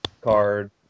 card